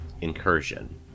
Incursion